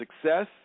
success